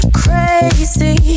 crazy